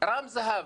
רם זהבי,